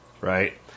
Right